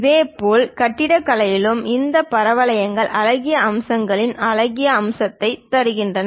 இதேபோல் கட்டிடக்கலையிலும் இந்த பரவளையங்கள் அழகிய அம்சங்களை அழகிய அம்சத்தில் தருகின்றன